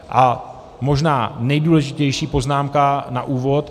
A možná nejdůležitější poznámka na úvod.